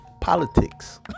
politics